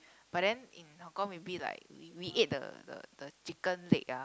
but then in Hong-Kong maybe like we we ate the the the chicken leg ah